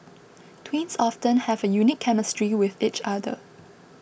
twins often have a unique chemistry with each other